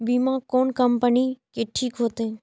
बीमा कोन कम्पनी के ठीक होते?